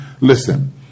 Listen